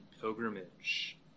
pilgrimage